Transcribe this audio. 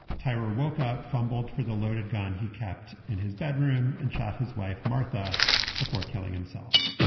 tyrer woke up, fumbled for the loaded gun he kept in his bedroom and shot his wife martha before killing himself.